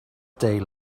day